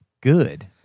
good